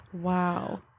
Wow